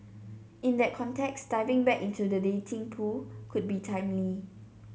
in that context diving back into the dating pool could be timely